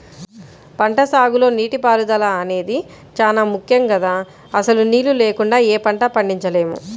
పంటసాగులో నీటిపారుదల అనేది చానా ముక్కెం గదా, అసలు నీళ్ళు లేకుండా యే పంటా పండించలేము